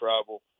travel